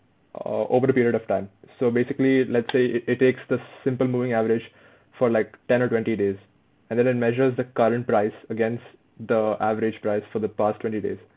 uh over the period of time so basically let's say it it takes the simple moving average for like ten or twenty days and then it measures the current price against the average price for the past twenty days